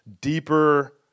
deeper